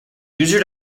user